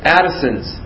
Addison's